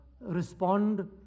respond